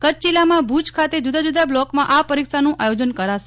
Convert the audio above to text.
કચ્છ જિલ્લામાં ભુજ ખાતે જુદા જુદા બ્લોકમાં આ પરીક્ષાનું આથોજન કરાશે